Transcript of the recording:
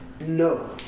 No